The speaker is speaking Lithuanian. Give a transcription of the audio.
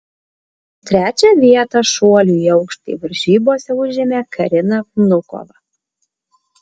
trečią vietą šuolių į aukštį varžybose užėmė karina vnukova